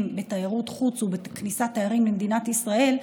בתיירות חוץ ובכניסת תיירים למדינת ישראל,